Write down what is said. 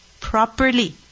properly